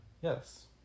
Yes